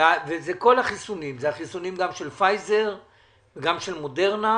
זה כל החיסונים, גם של פייזר וגם של מודרנה?